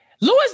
Lewis